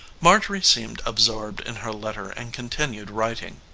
marjorie seemed absorbed in her letter and continued writing.